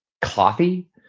coffee